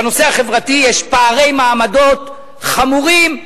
בנושא החברתי יש פערי מעמדות חמורים.